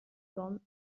bont